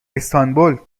استانبول